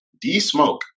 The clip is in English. D-Smoke